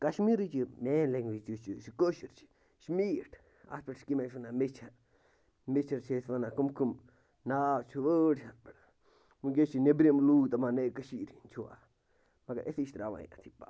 کَشمیٖرٕچ یہِ main language یُس چھِ یہِ چھِ کٲشِر چھِ یہِ چھِ میٖٹھ اَتھ پٮ۪ٹھ چھِ کمۍ اَسۍ وَنان میچھَر میچھَر چھِ أسۍ وَنان کٕم کٕم ناو چھِ وٲرڑ چھِ اَتھ پٮ۪ٹھ وُنکٮ۪س چھِ نٮ۪برِم لوٗکھ دَپان نٔے کٔشیٖرِ ہٕنٛدۍ چھُوا مگر أسی چھِ ترٛاوان یِتھٕے پَتھ